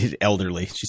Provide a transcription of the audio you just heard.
Elderly